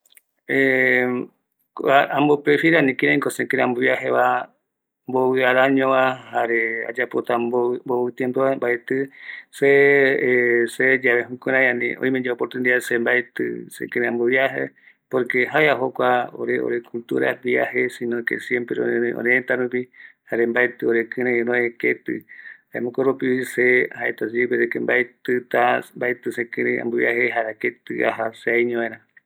Yandemokanguiko yaja keti yae, erei añetëtëno, jaaeko ipuere ko, amovece ko mbaraiki jekopegua miramii peguaño ñae yaja, aramoeteete yaja iru tëtä koti, erei seveguara ko, jae ipuereko aja mopeti yaji ñavo, mpeti vece no erei ko jae jokua ikavi